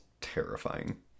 terrifying